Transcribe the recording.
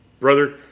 Brother